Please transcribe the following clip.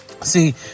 see